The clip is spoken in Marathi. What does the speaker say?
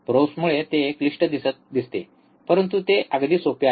प्रोब्समुळे ते क्लिष्ट दिसते परंतु ते अगदी सोपे आहे